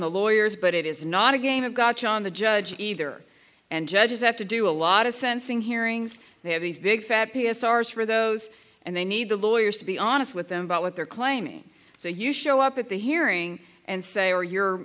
the lawyers but it is not a game of gotcha on the judge either and judges have to do a lot of sensing hearings they have these big fat p s r s for those and they need the lawyers to be honest with them about what they're claiming so you show up at the hearing and say are your